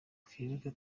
twibuke